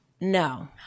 No